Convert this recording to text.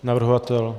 Navrhovatel?